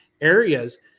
areas